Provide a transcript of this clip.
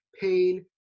pain